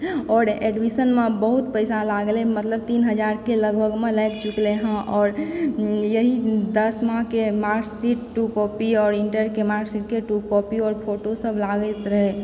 आओर एडमिशनमे बहुत पैसा लागलै मतलब तीन हजारके लगभगमे लागि चुकलए हँ आओर यही दशमाके मार्कस शीट टू कोपी आओर इंटरके मार्क़्सशीटके टू कोपी आओर फोटो सब लागैत रहए